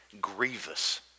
grievous